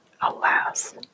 Alas